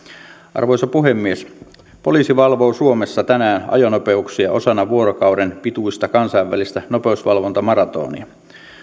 arvoisa puhemies poliisi valvoo suomessa tänään ajonopeuksia osana vuorokauden pituista kansainvälistä nopeusvalvontamaratonia